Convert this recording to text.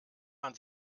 man